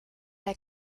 der